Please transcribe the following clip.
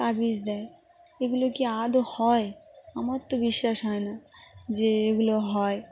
তাবিজ দেয় এগুলো কি আদৌ হয় আমার তো বিশ্বাস হয় না যে এগুলো হয়